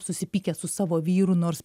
susipykęs su savo vyru nors